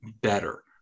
better